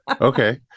Okay